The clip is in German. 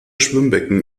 schwimmbecken